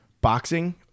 boxing